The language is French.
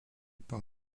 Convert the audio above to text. par